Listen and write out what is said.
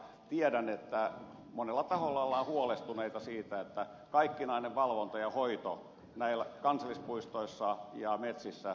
tiedän että monella taholla ollaan huolestuneita siitä että kaikkinainen valvonta ja hoito kansallispuistoissa ja metsissä heikkenee